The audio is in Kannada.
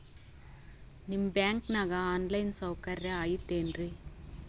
ನಿಮ್ಮ ಬ್ಯಾಂಕನಾಗ ಆನ್ ಲೈನ್ ಸೌಕರ್ಯ ಐತೇನ್ರಿ?